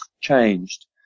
changed